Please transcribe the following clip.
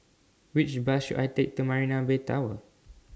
Which Bus should I Take to Marina Bay Tower